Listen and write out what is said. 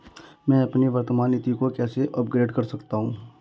मैं अपनी वर्तमान नीति को कैसे अपग्रेड कर सकता हूँ?